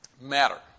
matter